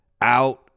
out